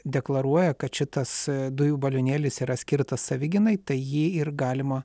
deklaruoja kad šitas dujų balionėlis yra skirtas savigynai tai jį ir galima